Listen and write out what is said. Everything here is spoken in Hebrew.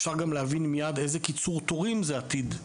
אפשר גם להבין מיד איזה קיצור תורים זה עתיד להביא.